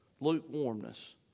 lukewarmness